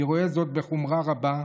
אני רואה זאת בחומרה רבה,